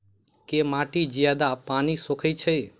केँ माटि जियादा पानि सोखय छै?